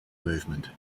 movement